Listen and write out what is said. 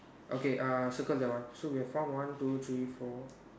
okay uh circle that one so we have found one two three four